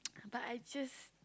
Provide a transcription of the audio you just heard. but I just